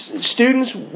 students